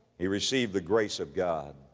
he received the grace of god